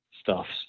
stuffs